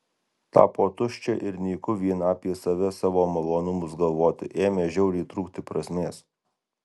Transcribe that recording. tapo tuščia ir nyku vien apie save savo malonumus galvoti ėmė žiauriai trūkti prasmės